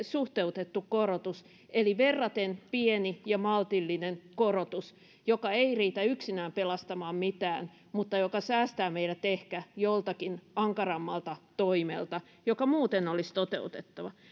suhteutettu korotus eli verraten pieni ja maltillinen korotus joka ei riitä yksinään pelastamaan mitään mutta joka säästää meidät ehkä joltakin ankarammalta toimelta joka muuten olisi toteutettava